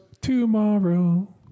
tomorrow